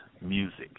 music